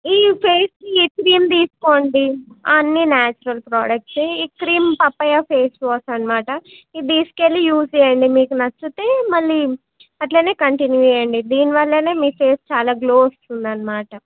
ఈ ఫేస్కి ఈ క్రీమ్ తీసుకోండి అన్నీ నేచురల్ ప్రొడక్ట్సే ఈ క్రీమ్ పపాయ ఫేస్ వాష్ అన్నమాట ఇది తీసుకెళ్ళి యూజ్ చేయండి మీకు నచ్చితే మళ్ళీ అట్లనే కంటిన్యూ చేయండి దీనివల్లనే మీ ఫేస్ చాలా గ్లో వస్తుందన్నమాట